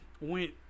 went